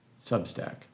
Substack